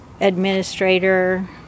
administrator